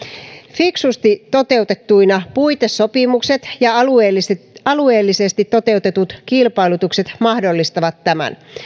fiksusti toteutettuina puitesopimukset ja alueellisesti alueellisesti toteutetut kilpailutukset mahdollistavat tämän